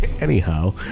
Anyhow